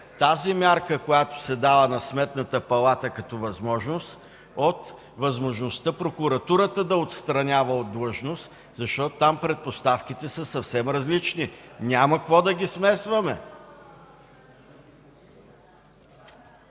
тази мярка, която се дава на Сметната палата, като възможност от възможността прокуратурата да отстранява от длъжност, защото там предпоставките са съвсем различни. Няма какво да ги смесваме!